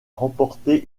remporter